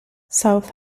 south